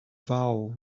vow